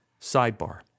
Sidebar